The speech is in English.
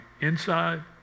inside